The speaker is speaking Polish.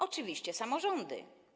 Oczywiście samorządy.